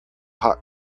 hot